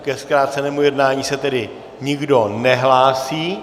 Ke zkrácenému jednání se tedy nikdo nehlásí.